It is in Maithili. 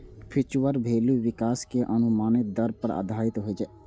फ्यूचर वैल्यू विकास के अनुमानित दर पर आधारित होइ छै